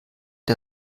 der